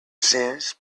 sense